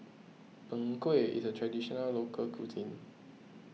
Png Kueh is a Traditional Local Cuisine